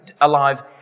alive